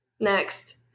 next